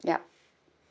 yup